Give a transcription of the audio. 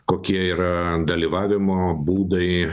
kokie yra dalyvavimo būdai